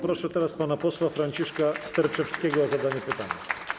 Proszę teraz pana posła Franciszka Sterczewskiego o zadanie pytania.